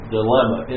dilemma